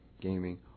gaming